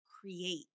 create